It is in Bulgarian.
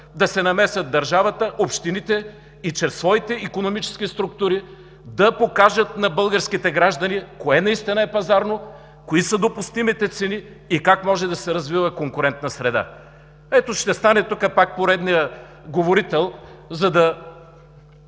да се намесят държавата, общините и чрез своите икономически структури да покажат на българските граждани кое наистина е пазарно, кои са допустимите цени и как може да се развива конкурентна среда. Ето, ще стане тук пак поредният говорител, за